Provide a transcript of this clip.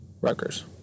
Rutgers